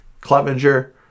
Clevenger